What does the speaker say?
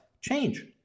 change